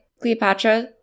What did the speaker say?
Cleopatra